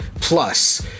plus